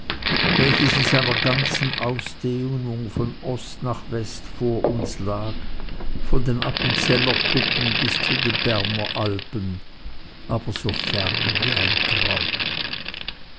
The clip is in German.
welches in seiner ganzen ausdehnung von ost nach west vor uns lag von den appenzeller kuppen bis zu den berner alpen aber so fern wie ein traum